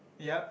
yea